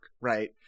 right